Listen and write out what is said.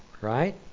right